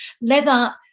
leather